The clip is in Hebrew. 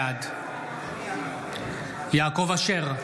בעד יעקב אשר,